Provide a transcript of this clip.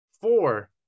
Four